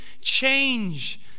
change